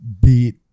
beat